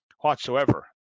whatsoever